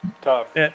tough